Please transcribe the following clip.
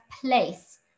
place